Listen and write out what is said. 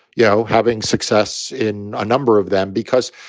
you know, having success in a number of them because,